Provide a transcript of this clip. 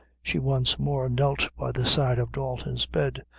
she once more knelt by the side of dalton's bed,